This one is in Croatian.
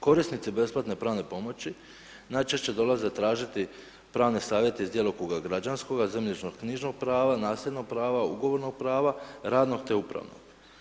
Korisnici besplatne pravne pomoć najčešće dolaze tražiti pravne savjete iz djelokruga građanskoga, zemljišno knjižnog prava, nasljednog prava, ugovornog prava, radnog te upravnog.